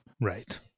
right